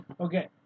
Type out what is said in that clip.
Okay